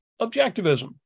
objectivism